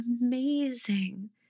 amazing